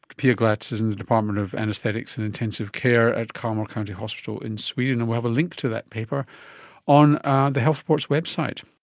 pia glatz is in the department of anaesthetics and intensive care at kalmar county hospital in sweden, and we'll have a link to that paper on the health report's website